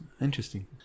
Interesting